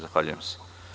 Zahvaljujem se.